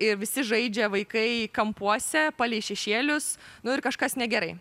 ir visi žaidžia vaikai kampuose palei šešėlius nu ir kažkas negerai